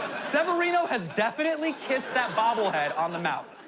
severino has definitely kissed that bobblehead on the mouth.